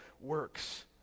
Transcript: works